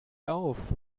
auf